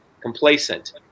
complacent